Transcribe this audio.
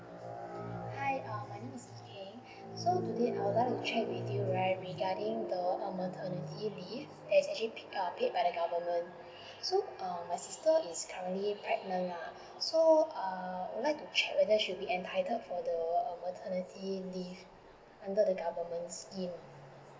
hi uh my name is yee keng so today i would like to check you right regarding the maternity leave as actually uh paid by the government so uh my sister is currently pregnant lah so uh I would like to check whether if she is entitled to the maternity leave under the government scheme